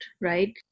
right